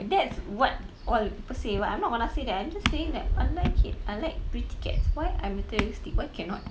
that's what all the people say but I'm not gonna say that I'm just saying that I like it I like pretty cats why I materialistic why cannot